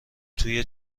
توی